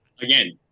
Again